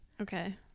Okay